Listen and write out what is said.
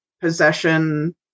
possession